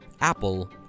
Apple